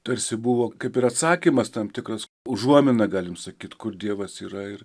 tarsi buvo kaip ir atsakymas tam tikras užuomina galim sakyt kur dievas yra ir